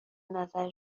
نظر